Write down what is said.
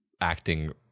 acting